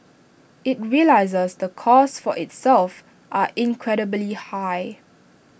IT realises the costs for itself are incredibly high